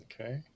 Okay